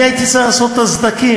אני הייתי צריך לעשות את הסדקים.